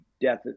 death